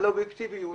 על האובייקטיביות,